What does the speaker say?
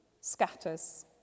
scatters